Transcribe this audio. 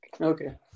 Okay